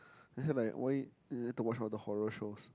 I said like why you like to watch all the horror shows